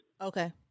Okay